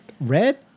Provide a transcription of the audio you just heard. Red